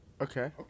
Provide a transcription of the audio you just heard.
Okay